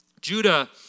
Judah